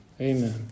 Amen